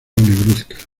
negruzca